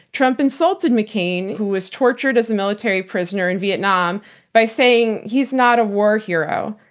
trump insulted mccain who was tortured as a military prisoner in vietnam by saying he's not a war hero.